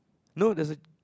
no there is